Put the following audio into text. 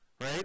Right